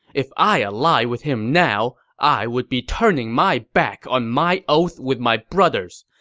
if i ally with him now, i would be turning my back on my oath with my brothers.